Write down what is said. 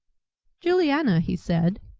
juliana, he said,